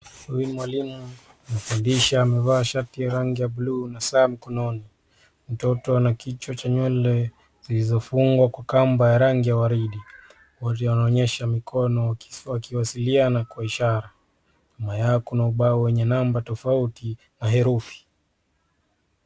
Mwalimu anafundisha amevaa shati ya rangi ya blue na saa mkononi. Mtoto ana kichwa cha nywele zilizofungwa kwa kamba ya rangi ya waridi, wote wana onyesha mikono wakiwasiliana kwa ishara. Nyuma yao kuna ubao wenye namba tofauti na herufi.